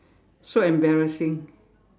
so embarrassing